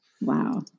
Wow